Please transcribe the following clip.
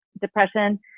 depression